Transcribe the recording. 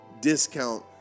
discount